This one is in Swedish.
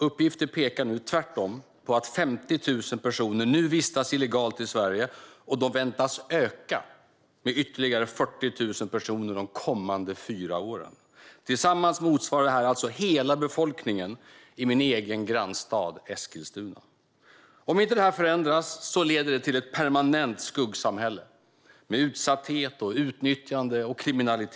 Uppgifter pekar nu tvärtom på att 50 000 personer vistas illegalt i Sverige, och antalet väntas öka med ytterligare 40 000 de kommande fyra åren. Tillsammans motsvarar det här hela befolkningen i min egen grannstad Eskilstuna. Om inte det här förändras leder det till ett permanent skuggsamhälle med utsatthet, utnyttjande och kriminalitet.